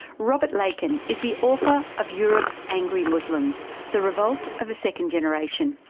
robert leiken is the author of europe's angry muslims the revolt of the second generation.